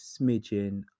smidgen